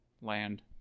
land